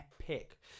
epic